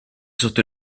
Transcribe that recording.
sotto